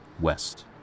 west